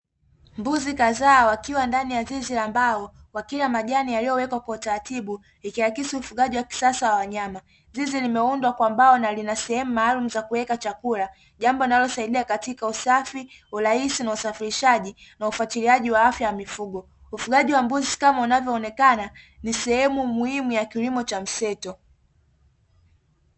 Mbuzi kadhaa wakiwa ndani ya zizi la mbao, wakila majani yaliyowekwa kwa utaratibu, ikiakisi ufugaji wa kisasa wa wanyama, zizi limeundwa kwa mbao, na lina sehemu maalum za kuweka chakula, jambo linalosaidia katika; usafi, urahisi, na usafirishaji, na ufatiliaji wa afya yamifugo, ufugaji wa mbuzi kama unavyoonekana ni sehemu muhimu ya kilimo cha msitu.